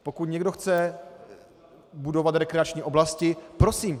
Pokud někdo chce budovat rekreační oblasti, prosím.